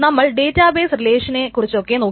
നമ്മൾ ഡേറ്റാബേസ് റിലേഷനെക്കുറിച്ചൊക്കെ നോക്കി